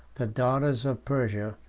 the daughters of persia,